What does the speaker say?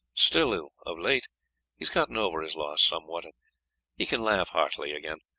still of late he has gotten over his loss somewhat, and he can laugh heartily again.